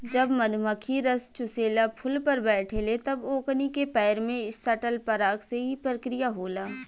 जब मधुमखी रस चुसेला फुल पर बैठे ले तब ओकनी के पैर में सटल पराग से ई प्रक्रिया होला